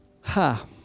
Ha